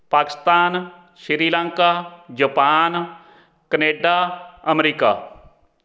Pakistan Sri Lanka Japan Canada America